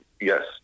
yes